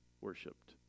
worshipped